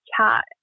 chat